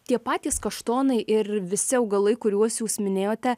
tie patys kaštonai ir visi augalai kuriuos jūs minėjote